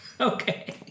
Okay